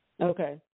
Okay